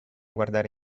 guardare